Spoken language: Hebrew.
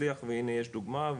הצליח והנה יש דוגמא.